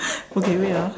okay wait ah